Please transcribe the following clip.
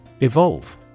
Evolve